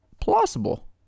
plausible